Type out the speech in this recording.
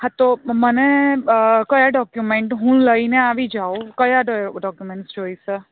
હા તો મને ક્યા ડોકયુમેન્ટ હું લઈને આવી જાઉં ક્યા ડોકયુમેન્ટ્સ જોઈશે